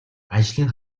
ажлын